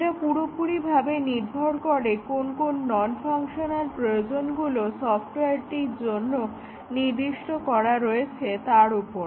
এটা পুরোপুরি ভাবে নির্ভর করে কোন কোন নন ফাংশনাল প্রয়োজনগুলো সফটওয়্যারের জন্য নির্দিষ্ট করা রয়েছে তার উপর